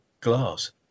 glass